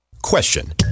Question